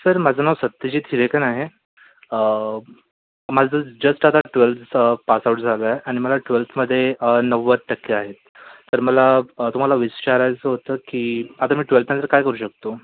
sir माझं नाव सत्यजीत शिरेकन आहे माझं जस्ट आता ट्वेल्थचं पासआउट झालो आहे आणि मला ट्वेल्थमध्ये नव्वद टक्के आहेत तर मला तुम्हाला विचारायचं होतं की आता मी ट्वेल्थनंतर काय करू शकतो